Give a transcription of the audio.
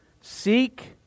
Seek